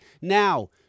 Now